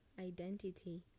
identity